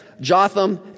jotham